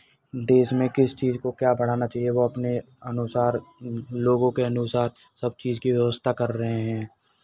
देश में किस चीज़ को क्या बढ़ाना चाहिए वो अपने अनुसार लोगों के अनुसार सब चीज़ की व्यवस्था कर रहे हैं